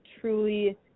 truly